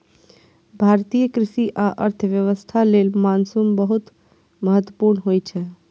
भारतीय कृषि आ अर्थव्यवस्था लेल मानसून बहुत महत्वपूर्ण होइ छै